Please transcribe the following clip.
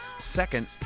Second